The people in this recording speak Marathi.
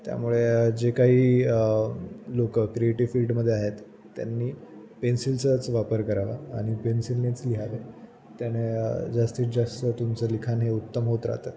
त्यामुळे जे काही लोक क्रिएटिव फील्डमध्ये आहेत त्यांनी पेन्सिलचाच वापर करावा आणि पेन्सिलनेच लिहावे त्याने जास्तीत जास्त तुमचं लिखाण हे उत्तम होत राहतं